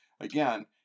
again